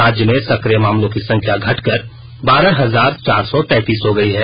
राज्य में सक्रिय मामलों की संख्या घटकर बारह हजार चार सौ तैंतीस हो गई है